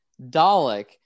Dalek